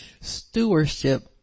Stewardship